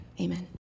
Amen